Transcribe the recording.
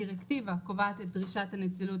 הדירקטיבה קובעת את דרישת הנצילות